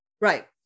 Right